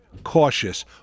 cautious